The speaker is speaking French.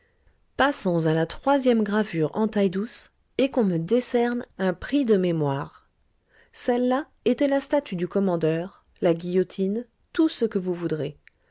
passons à la troisième gravure en taille-douce et qu'on me décerne un prix de mémoire celle-là était la statue du commandeur la guillotine tout ce que vous voudrez